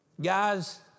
Guys